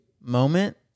moment